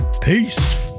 Peace